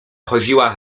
chodziła